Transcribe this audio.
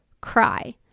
cry